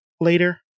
later